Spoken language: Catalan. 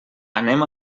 anem